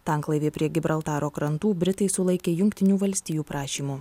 tanklaivį prie gibraltaro krantų britai sulaikė jungtinių valstijų prašymu